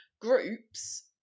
groups